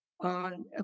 on